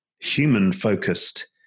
human-focused